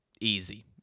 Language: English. Easy